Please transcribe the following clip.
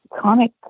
comic